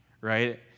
right